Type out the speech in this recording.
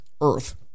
Earth